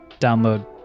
download